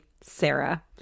Sarah